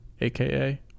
aka